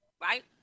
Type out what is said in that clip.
Right